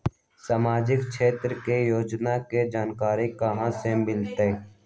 सामाजिक क्षेत्र के योजना के जानकारी कहाँ से मिलतै?